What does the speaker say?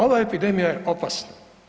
Ova epidemija je opasna.